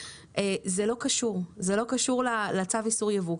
זה לא קשור, זה לא קשור לצו איסור היבוא.